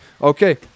okay